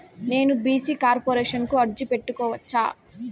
నేను BC corporation కు అర్జీ పెట్టుకోవచ్చా?